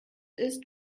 ist